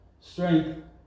strength